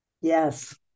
yes